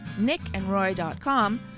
nickandroy.com